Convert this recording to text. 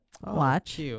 watch